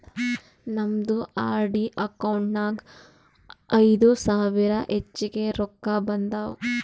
ನಮ್ದು RD account ನಾಗ್ ಐಯ್ದ ಸಾವಿರ ಹೆಚ್ಚಿಗೆ ರೊಕ್ಕಾ ಬಂದಾವ್